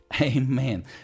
Amen